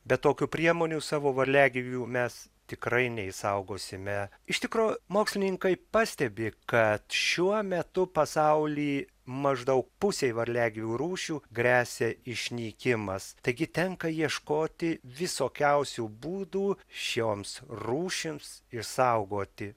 be tokių priemonių savo varliagyvių mes tikrai neišsaugosime iš tikro mokslininkai pastebi kad šiuo metu pasauly maždaug pusei varliagyvių rūšių gresia išnykimas taigi tenka ieškoti visokiausių būdų šioms rūšims išsaugoti